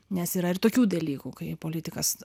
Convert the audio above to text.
nes yra ir tokių dalykų kai politikas